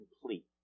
complete